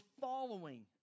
following